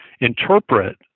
interpret